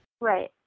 right